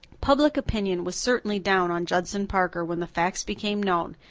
public opinion was certainly down on judson parker when the facts became known,